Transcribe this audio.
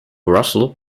russell